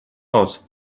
aus